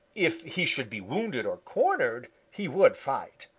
if he should be wounded or cornered, he would fight.